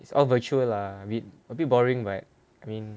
it's all virtual lah a bit a bit boring but I mean